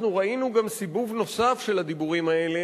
אנחנו ראינו גם סיבוב נוסף של הדיבורים האלה